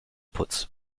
putz